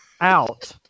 out